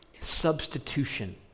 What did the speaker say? substitution